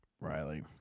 Riley